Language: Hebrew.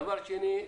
דבר שני,